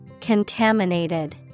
Contaminated